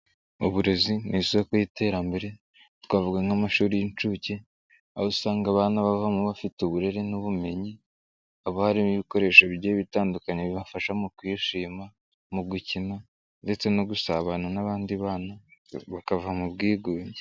Uburezi ni isoko y'iterambere twavuga nk'amashuri y'inshuke, aho usanga abana bavamo bafite uburere n'ubumenyi, haba harimo ibikoresho bigiye bitandukanye bibafasha mu kwishima, mu gukina ndetse no gusabana n'abandi bana bakava mu bwigunge.